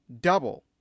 double